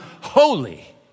holy